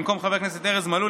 במקום חבר הכנסת ארז מלול,